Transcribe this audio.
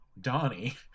donnie